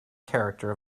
character